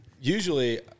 usually